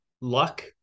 luck